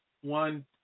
one